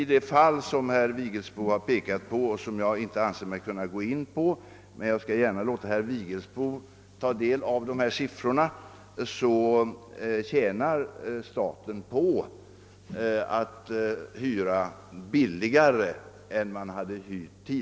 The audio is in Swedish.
I det fall som herr Vigelsbo pekat på och som jag inte anser mig kunna gå in på — även om jag gärna skall låta herr Vigelsbo ta del av siffrorna — tjänar staten på att få en billigare hyra än man tidigare haft.